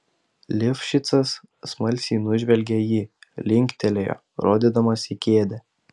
lifšicas smalsiai nužvelgė jį linktelėjo rodydamas į kėdę